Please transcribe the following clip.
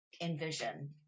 envision